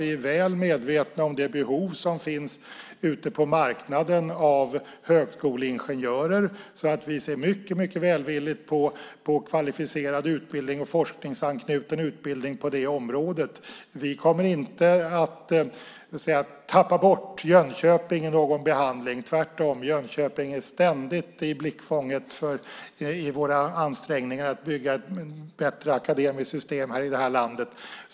Vi är väl medvetna om det behov av högskoleingenjörer som finns ute på marknaden, så vi ser mycket välvilligt på kvalificerad utbildning och forskningsanknuten utbildning på det området. Vi kommer inte att tappa bort Jönköping i någon behandling. Tvärtom är Jönköping ständigt i blickfånget för våra ansträngningar att bygga ett bättre akademiskt system i det här landet.